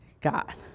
God